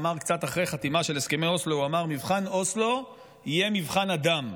אמר קצת אחרי החתימה של הסכמי אוסלו: מבחן אוסלו יהיה מבחן הדם.